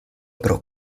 pro